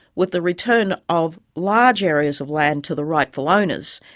with the return of large areas of land to the rightful owners,